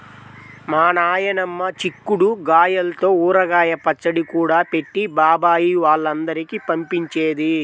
మా నాయనమ్మ చిక్కుడు గాయల్తో ఊరగాయ పచ్చడి కూడా పెట్టి బాబాయ్ వాళ్ళందరికీ పంపించేది